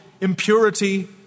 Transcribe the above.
impurity